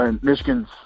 Michigan's